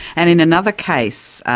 and in another case,